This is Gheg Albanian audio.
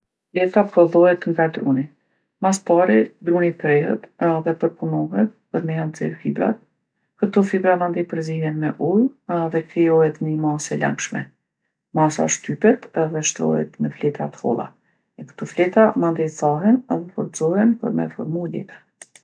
Letra prodhohet nga druni. Mas pari druni prehet edhe përpunohet për me ja nxerr fibrat. Këto fibra mandej përzihen me ujë edhe krijohet ni masë e langshme. Masa shtypet edhe shtrohet në fleta t'holla. Këto fleta mandej thahen edhe forcohen për me formu letrën.